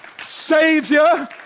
savior